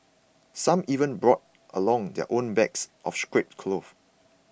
some even brought along their own bags of scrap cloth